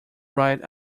write